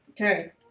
Okay